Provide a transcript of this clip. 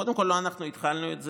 קודם כול לא אנחנו התחלנו את זה,